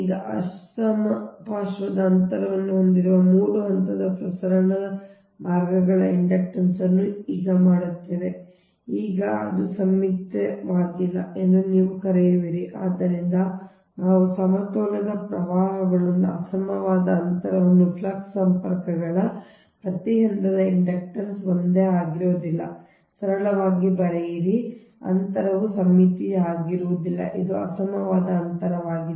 ಮತ್ತು ಇದರ ನಂತರ ನಾವು ಈಗ ಅಸಮಪಾರ್ಶ್ವದ ಅಂತರವನ್ನು ಹೊಂದಿರುವ 3 ಹಂತದ ಪ್ರಸರಣ ಮಾರ್ಗಗಳ ಇಂಡಕ್ಟನ್ಸ್ ಅನ್ನು ಈಗ ಮಾಡುತ್ತೇವೆ ಈಗ ಅದು ಸಮ್ಮಿತೀಯವಾಗಿಲ್ಲ ಎಂದು ನೀವು ಕರೆಯುವಿರಿ ಆದ್ದರಿಂದ ನಾವು ಸಮತೋಲನದ ಪ್ರವಾಹಗಳೊಂದಿಗೆ ಅಸಮವಾದ ಅಂತರವನ್ನು ಫ್ಲಕ್ಸ್ ಸಂಪರ್ಕಗಳು ಪ್ರತಿ ಹಂತದ ಇಂಡಕ್ಟನ್ಸ್ ಒಂದೇ ಆಗಿರುವುದಿಲ್ಲ ಸರಳವಾಗಿ ಬರೆಯಿರಿ ಅಂತರವು ಸಮ್ಮಿತೀಯವಾಗಿಲ್ಲ ಇದು ಅಸಮವಾದ ಅಂತರವಾಗಿದೆ